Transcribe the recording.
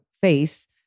face